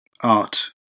art